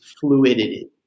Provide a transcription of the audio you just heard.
fluidity